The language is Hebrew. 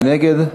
מי נגד?